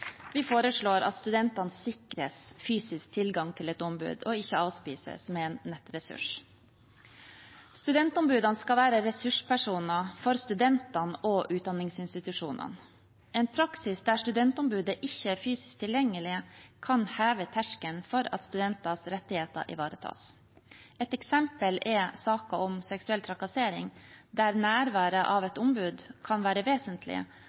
vi foreslår at studentene sikres fysisk tilgang til et ombud og ikke avspises med en nettressurs. Studentombudene skal være ressurspersoner for studentene og utdanningsinstitusjonene. En praksis der studentombudet ikke er fysisk tilgjengelig, kan heve terskelen for at studenters retter ivaretas. Et eksempel er saken om seksuell trakassering, der nærværet av et ombud kan være